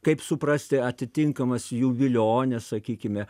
kaip suprasti atitinkamas jų viliones sakykime